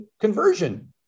conversion